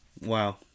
Wow